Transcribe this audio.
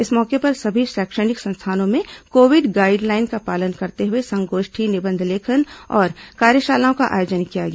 इस मौके पर सभी शैक्षणिक संस्थानों में कोविड गाईड लाइन का पालन करते हुए संगोष्ठी निबंध लेखन और कार्यशालाओं का आयोजन किया गया